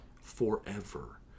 forever